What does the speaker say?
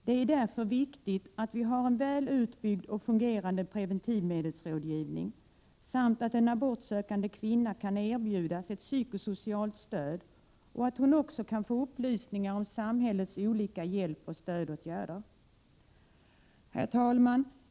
Det är därför viktigt att vi har en väl utbyggd och fungerande preventivmedelsrådgivning samt att en abortsökande kvinna kan erbjudas ett psykosocialt stöd och att hon också kan få upplysningar om samhällets olika hjälpoch stödåtgärder. Herr talman!